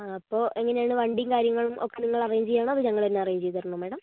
ആ അപ്പോൾ എങ്ങനെയാണ് വണ്ടിയും കാര്യങ്ങളും ഒക്കെ നിങ്ങൾ അറേഞ്ച് ചെയ്യുകയാണോ അതോ ഞങ്ങള് തന്നെ അറേഞ്ച് ചെയ്തു തരണോ മേഡം